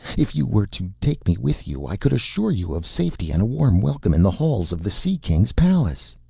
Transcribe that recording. if you were to take me with you, i could assure you of safety and a warm welcome in the halls of the sea-king's palace!